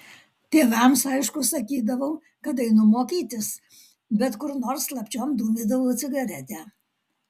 tėvams aišku sakydavau kad einu mokytis bet kur nors slapčiom dūmydavau cigaretę